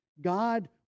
God